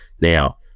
Now